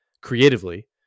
creatively